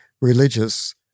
religious